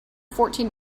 fourteen